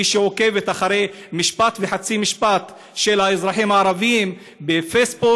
מי שעוקבת אחרי משפט וחצי משפט של אזרחים ערבים בפייסבוק